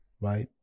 Right